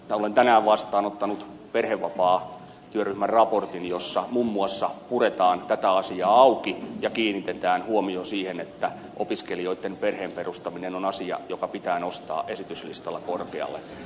olen tänään vastaanottanut perhevapaatyöryhmän raportin jossa muun muassa puretaan tätä asiaa auki ja kiinnitetään huomio siihen että opiskelijoitten perheen perustaminen on asia joka pitää nostaa esityslistalla korkealle